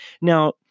Now